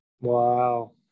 Wow